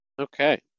okay